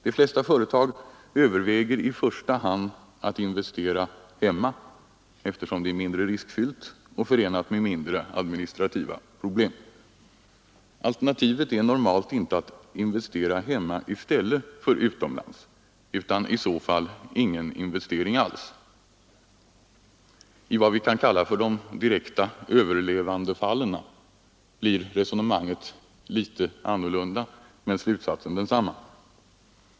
De flesta företag överväger i första hand att investera hemma, eftersom det är mindre riskfyllt och förenat med mindre administrativa problem. Alternativet är normalt inte att investera hemma i stället för utomlands, utan i så fall ingen investering alls, I vad vi kan kalla de direkta överlevnadsfallen blir resonemanget litet annorlunda, men slutsatsen densamma.